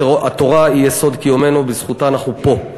התורה היא יסוד קיומנו, בזכותה אנחנו פה.